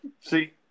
See